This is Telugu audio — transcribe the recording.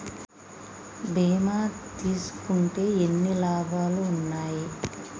బీమా తీసుకుంటే ఎన్ని లాభాలు ఉన్నాయి?